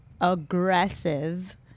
aggressive